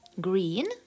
green